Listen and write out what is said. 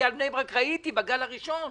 אני לגבי בני ברק ראיתי בגל הראשון.